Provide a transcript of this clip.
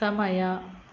ಸಮಯ